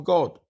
God